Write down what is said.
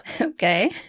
Okay